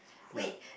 yeah